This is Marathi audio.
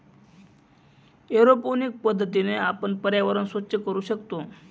एरोपोनिक पद्धतीने आपण पर्यावरण स्वच्छ करू शकतो